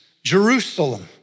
Jerusalem